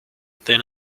than